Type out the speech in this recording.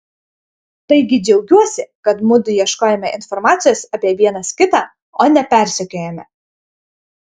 taigi džiaugiuosi kad mudu ieškojome informacijos apie vienas kitą o ne persekiojome